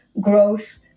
growth